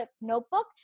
notebook